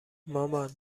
مامان